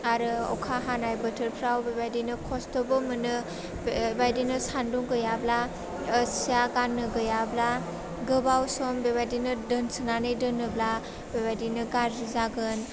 आरो अखा हानाय बोथोरफ्राव बेबायदिनो खस्थ'बो मोनो बेबायदिनो सान्दुं गैयाब्ला ओह सिआ गान्नो गैयाब्ला गोबाव सम बेबायदिनो दोनसोनानै दोनोब्ला बेबायदिनो गारजि जागोन